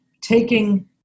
taking